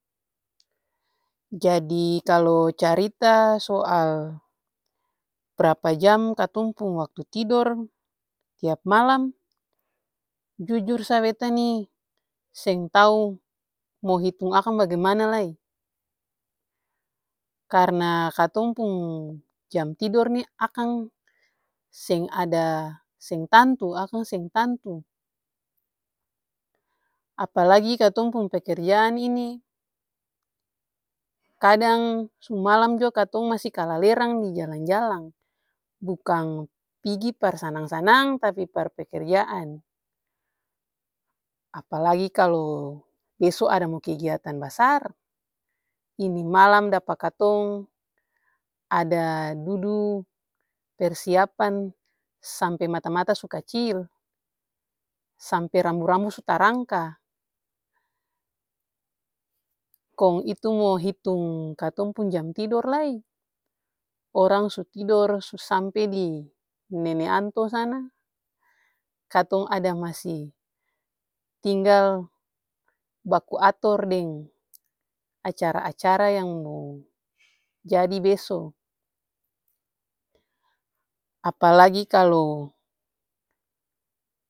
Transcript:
Jadi kalu carita soal brapa jam katong pung waktu tidor, tiap malam. Jujur sa beta nih seng tau mo hitung akang bagimana lai, karna katong pung jam tidor nih akang seng ada seng tantu akang seng tantu. Apalagi katong pung pekerjaan ini kadang sumalam jua katong masi kalelerang dijalang-jalang bukang pigi par sanang-sanang tapi par pekerjaan. Apalagi kalu beso ada mo kegiatan basar ini malam dapa katong ada dudu persiapan sampe mata mata su kacil. Sampe rambu rambu su tarangka. Kong itu mo hitong katong pung jam tidor lai, orang su tidor su asmpe di nene anto sana katong ada masi tinggal baku ator deng acara-acara yang mo jadi beso. Apalagi kalu.